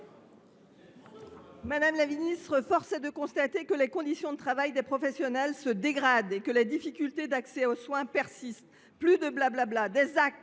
pour la réplique. Force est de constater que les conditions de travail des professionnels se dégradent et que les difficultés d’accès aux soins persistent, madame la